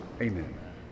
Amen